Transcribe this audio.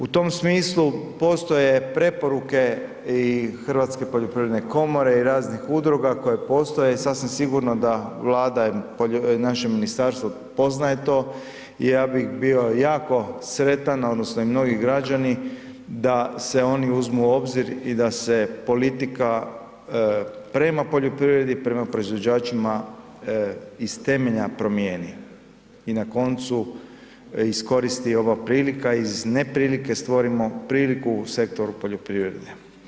U tom smislu postoje preporuke i Hrvatske poljoprivredne komore i raznih udruga koje postoje i sasvim sigurno da Vlada i naše ministarstvo poznaje to i ja bih bio jako sretan odnosno i mnogi građani da se oni uzmu u obzir i da se politika prema poljoprivredi, prema proizvođačima iz temelja promijeni i na koncu iskoristi ova prilika i iz neprilike stvorimo priliku u sektoru poljoprivrede.